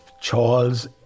Charles